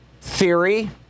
theory